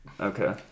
Okay